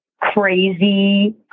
crazy